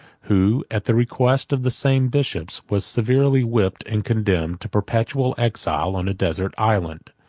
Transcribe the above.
who, at the request of the same bishops, was severely whipped, and condemned to perpetual exile on a desert island.